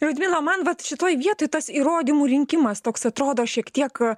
liudmila man vat šitoj vietoj tas įrodymų rinkimas toks atrodo šiek tiek